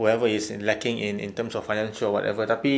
whoever is lacking in in terms of financial or whatever tapi